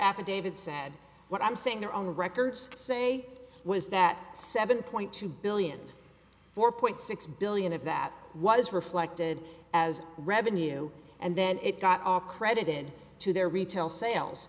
affidavit said what i'm saying their own records say was that seven point two billion four point six billion of that was reflected as revenue and then it got all credited to their retail sales